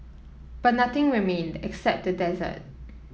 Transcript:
but nothing remained except the desert